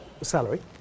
salary